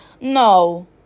No